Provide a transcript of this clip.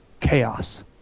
chaos